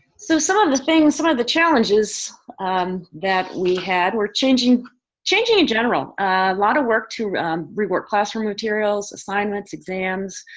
so some of the things, some of the challenges that we had were changing changing in general. a lot of work to rework classroom materials, assignments, exams.